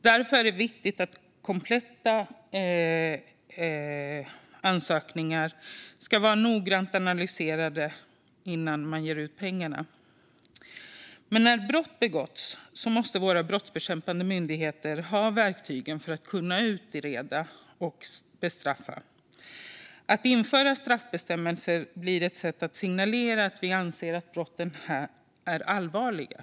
Därför är det viktigt att ansökningarna är kompletta och noggrant analyserade innan pengarna betalas ut. Men när brott begåtts måste våra brottsbekämpande myndigheter ha verktygen för att kunna utreda och bestraffa. Att införa straffbestämmelser blir ett sätt att signalera att vi anser att brotten är allvarliga.